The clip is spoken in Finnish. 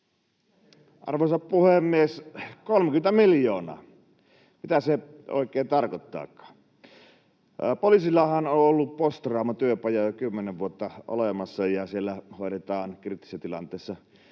Arvoisa puhemies! 30 miljoonaa, mitä se oikein tarkoittaakaan? Poliisillahan on ollut olemassa post-traumatyöpajoja jo kymmenen vuotta, ja siellä hoidetaan kriittisessä tilanteessa